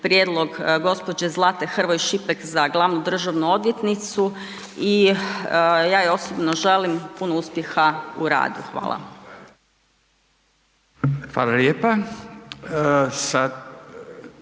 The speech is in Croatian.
prijedlog gospođe Zlate Hrvoj Šipek za glavnu državnu odvjetnicu i ja joj osobno želim puno uspjeha u radu. Hvala. **Radin,